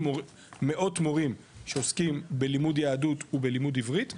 מאות מורים שעוסקים בלימוד יהדות ובלימוד עברית ואנחנו,